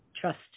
trust